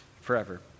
forever